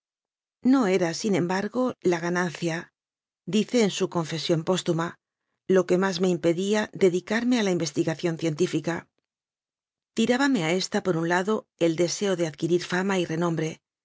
no era siñ embargo la gananciadice en su confesión postuma lo que más me impedía dedicarme a la investigación científica tirábame a ésta por un lado el deseo de adquirir fama y renombre